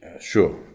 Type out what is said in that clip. Sure